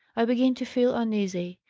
i begin to feel uneasy.